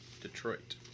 Detroit